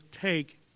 take